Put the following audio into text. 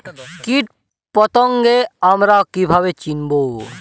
কীটপতঙ্গ আমরা কীভাবে চিনব?